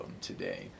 today